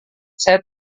saya